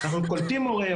אנחנו קולטים מורה,